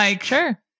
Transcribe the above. Sure